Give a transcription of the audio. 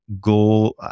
go